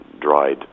dried